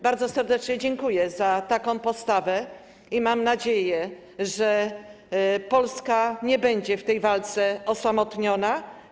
Bardzo serdecznie dziękuję za taką postawę i mam nadzieję, że Polska nie będzie w tej walce osamotniona.